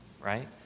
right